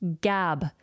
gab